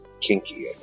kinky